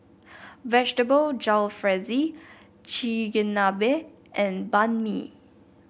Vegetable Jalfrezi Chigenabe and Banh Mi